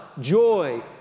joy